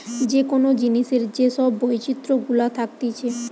যে কোন জিনিসের যে সব বৈচিত্র গুলা থাকতিছে